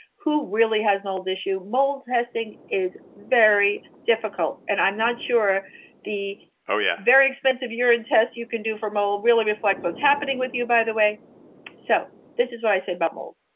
who really has mold issue? mold testing is very difficult. and i'm not sure the yeah very expensive urine test you can do for mold really reflects what's happening with you, by the way so this is what i say about mold.